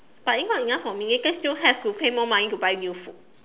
but it's not enough for me still have to pay more money to buy new food